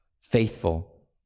faithful